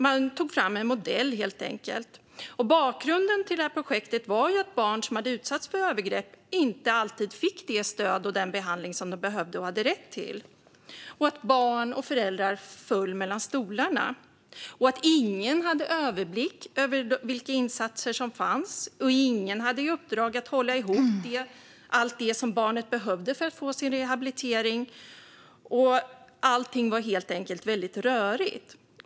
Man tog helt enkelt fram en modell. Bakgrunden till projektet var att barn som utsatts för övergrepp inte alltid fick det stöd och den behandling som de behövde och hade rätt till och att barn och föräldrar föll mellan stolarna. Ingen hade överblick över vilka insatser som fanns. Ingen hade i uppdrag att hålla ihop allt det som barnet behövde för att få sin rehabilitering. Allting var helt enkelt väldigt rörigt.